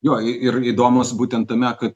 jo ir įdomus būtent tame kad